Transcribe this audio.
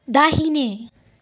दाहिने